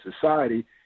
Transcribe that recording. society